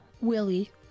Willie